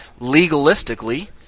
legalistically